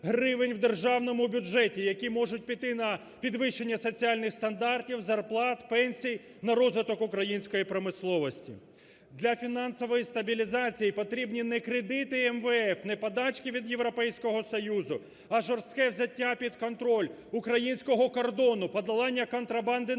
гривень в державному бюджеті, які можуть піти на підвищення соціальних стандартів, зарплат, пенсій, на розвиток української промисловості. Для фінансової стабілізації потрібні не кредити МВФ, не подачки від Європейського Союзу, а жорстке взяття під контроль українського кордону, подолання контрабанди